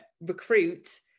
recruit